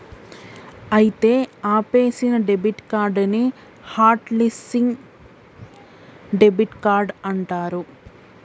అయితే ఆపేసిన debit card ని హట్ లిస్సింగ్ డెబిట్ కార్డ్ అంటారు